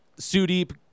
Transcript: Sudeep